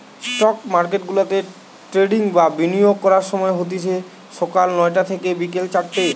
stock মার্কেটগুলাতে trading বা বিনিয়োগ করার সময় হতিছে সকাল নয়টা থিকে বিকেল চারটে